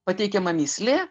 pateikiama mįslė